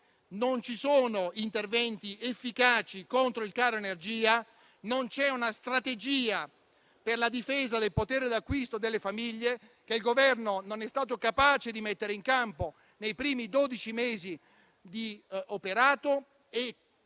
Non ci sono interventi efficaci contro il caro energia, né una strategia per la difesa del potere d'acquisto delle famiglie, che il Governo non è stato capace di mettere in campo nei primi dodici mesi di operato e